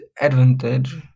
advantage